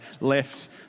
left